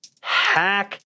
hack